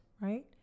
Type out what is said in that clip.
right